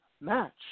match